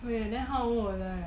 wait then how old was I ah